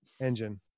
engine